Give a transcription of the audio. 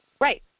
right